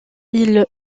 ils